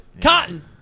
Cotton